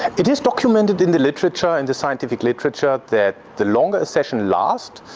it is documented in the literature and the scientific literature that the longer a session last.